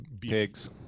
pigs